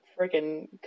freaking